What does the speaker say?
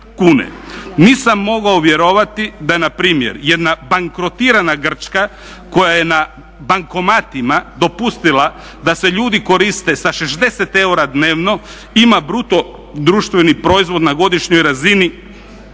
Nisam mogao vjerovati da na primjer jedna bankrotirana Grčka koja je na bankomatima dopustila da se ljudi koriste sa 60 eura dnevno ima bruto društven proizvod na godišnjoj razini